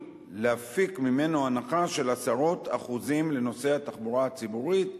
להפיק ממנו הנחה של עשרות אחוזים לנוסעי התחבורה הציבורית,